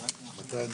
11:28.